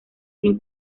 sin